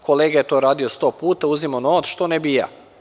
Kolega je to radio 100 puta, uzimao novac, što ne bih i ja.